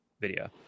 video